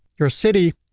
your city,